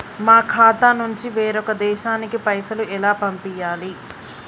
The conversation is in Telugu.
మా ఖాతా నుంచి వేరొక దేశానికి పైసలు ఎలా పంపియ్యాలి?